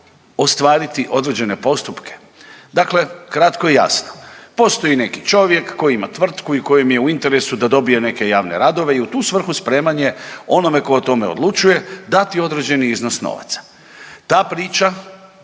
ostvariti određene postupke. Dakle, kratko i jasno. Postoji neki čovjek koji ima tvrtku i kojem je u interesu da dobije neke javne radove i u tu svrhu spreman je onome tko o tome odlučuje dati određeni iznos novaca. Ta priča